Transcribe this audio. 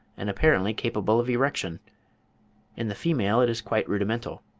and apparently capable of erection in the female it is quite rudimental.